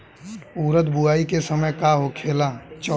उरद बुआई के समय का होखेला?